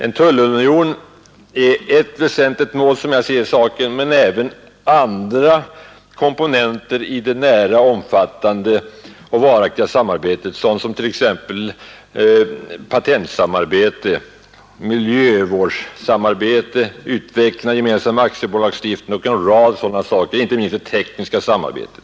En tullunion är ett väsentligt mål men även andra komponenter bör finnas i det nära, omfattande och varaktiga samarbetet, t.ex. patentsamarbete, miljövårdssamarbete, utveckling av Nr 137 gemensam aktiebolagslagstiftning och en rad sådana saker, inte minst det Torsdagen den tekniska samarbetet.